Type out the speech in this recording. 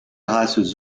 races